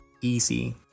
easy